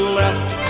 left